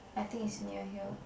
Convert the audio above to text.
I think is near here